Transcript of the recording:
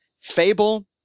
Fable